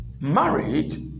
marriage